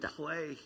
play